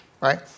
right